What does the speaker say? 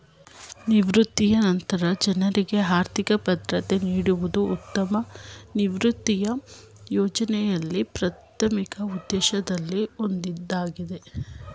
ನಿವೃತ್ತಿಯ ನಂತ್ರ ಜನ್ರುಗೆ ಆರ್ಥಿಕ ಭದ್ರತೆ ನೀಡುವುದು ಉತ್ತಮ ನಿವೃತ್ತಿಯ ಯೋಜ್ನೆಯ ಪ್ರಾಥಮಿಕ ಉದ್ದೇಶದಲ್ಲಿ ಒಂದಾಗಿದೆ